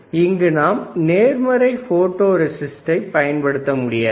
எனவே இங்கு நாம் நேர்மறை போட்டோ ரெஸிஸ்டை பயன்படுத்த முடியாது